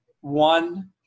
one